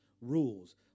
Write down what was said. rules